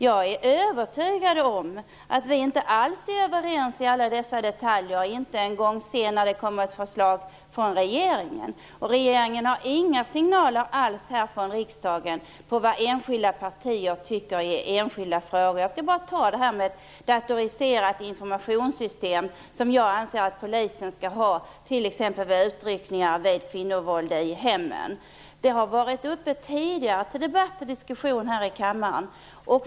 Jag är övertygad om att vi inte alls är överens i alla detaljer när det sedan kommer ett förslag från regeringen. Regeringen har inga signaler alls härifrån riksdagen om vad partierna tycker i enskilda frågor. Låt mig bara ta det här med ett datoriserat informationssystem, något som jag anser att polisen skall ha t.ex. i samband med utryckningar vid kvinnovåld i hemmen. Detta har varit uppe till debatt och diskussion tidigare här i kammaren.